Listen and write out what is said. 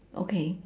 okay